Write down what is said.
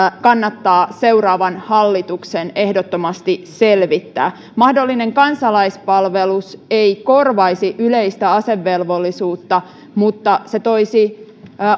kannattaa seuraavan hallituksen ehdottomasti selvittää mahdollinen kansalaispalvelus ei korvaisi yleistä asevelvollisuutta mutta se toisi